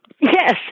Yes